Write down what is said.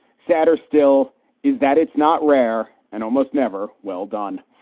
sadder still is that it's not rare and almost never well done.